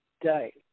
day